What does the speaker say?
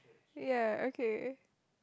ya okay